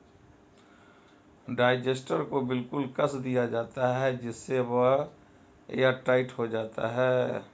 digester को बिल्कुल कस दिया जाता है जिससे वह एयरटाइट हो जाता है